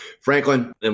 Franklin